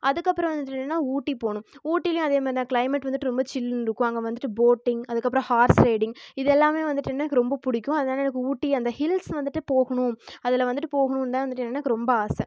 அதுக்கப்றம் வந்துவிட்டு என்னென்னா ஊட்டி போகணும் ஊட்டியிலும் அதேமேரி தான் க்ளைமேட் வந்துவிட்டு ரொம்ப சில்லுன்னு இருக்கும் அங்கே வந்துவிட்டு போட்டிங் அதுக்கப்றம் ஹார்ஸ் ரைடிங் இது எல்லாமே வந்துவிட்டு எனக்கு ரொம்ப பிடிக்கும் அதனால் எனக்கு ஊட்டி அந்த ஹில்ஸ் வந்துவிட்டு போகணும் அதில் வந்துவிட்டு போகணுன்னுதான் வந்துவிட்டு என்னென்னா எனக்கு ரொம்ப ஆசை